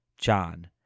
John